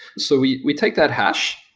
so we we take that hash,